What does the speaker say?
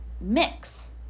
mix